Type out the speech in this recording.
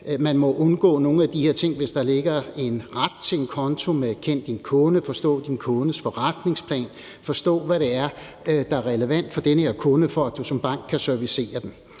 man må undgå nogle af de her ting, hvis der ligger en ret til en konto med »kend din kunde« og » forstå din kundes forretningsplan«, altså så man forstår, hvad det er, der er relevant for den her kunde, for at man som bank kan servicere kunden.